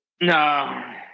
No